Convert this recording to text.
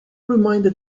reminded